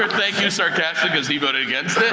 thank you sarcastic cuz he voted against it.